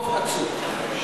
רוב עצום.